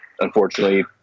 unfortunately